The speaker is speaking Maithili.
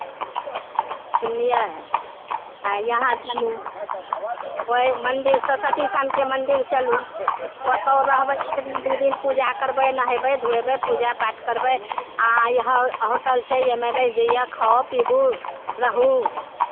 सुनलियै आ यहाँ चलू ओहि मन्दिर सरस्वती थानके मन्दिर चलू ओतय रहबै एक दिन दू दिन पूजा करबै नहयबै धुअयबै पूजा पाठ करबै आ यहाँ होटल छै एहिमे रहि जैयौ खाउ पिबू रहू